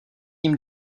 ním